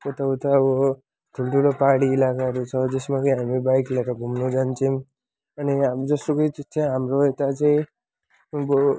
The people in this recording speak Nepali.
उता उता अब ठुल्ठुलो पाहाडी इलाकाहरू छ जसमा कि हामी बाइक लिएर घुम्न जान्छौँ अनि हामी जोसुकै चिज चाहिँ हाम्रो यता चाहिँ अब